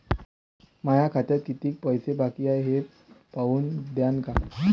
माया खात्यात कितीक पैसे बाकी हाय हे पाहून द्यान का?